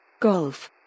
Golf